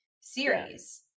series